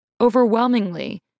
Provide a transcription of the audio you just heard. Overwhelmingly